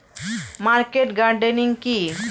Market gardening কি?